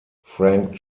frank